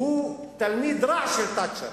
שהוא תלמיד רע של תאצ'ר.